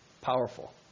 Powerful